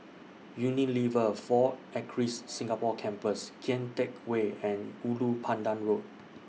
Unilever four Acres Singapore Campus Kian Teck Way and Ulu Pandan Road